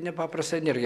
nepaprasta energija